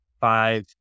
five